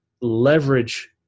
leverage